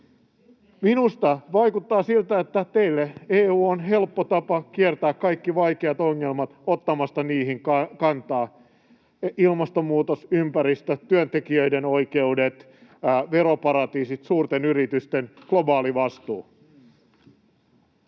Minusta vaikuttaa siltä, että teille EU on helppo tapa kiertää kaikki vaikeat ongelmat ottamatta niihin kantaa: ilmastonmuutos, ympäristö, työntekijöiden oikeudet, veroparatiisit, suurten yritysten globaali vastuu.